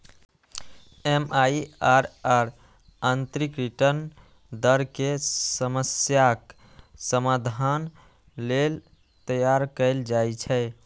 MIRR आंतरिक return दर के समस्याक समाधान लेल तैयार कैल जाइ छै